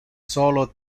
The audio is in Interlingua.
solo